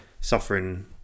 suffering